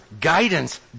guidance